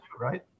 right